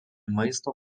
maisto